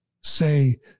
say